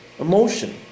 Emotion